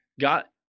got